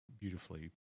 beautifully